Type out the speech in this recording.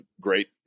great